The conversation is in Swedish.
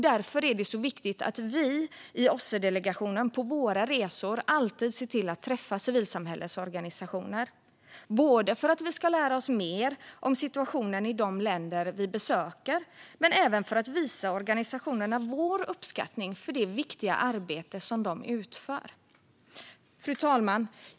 Därför är det viktigt att vi i OSSE-delegationen på våra resor alltid ser till att träffa civilsamhällesorganisationer - för att vi ska lära oss mer om situationen i de länder vi besöker men även för att visa organisationerna vår uppskattning för det viktiga arbete som de utför. Fru talman!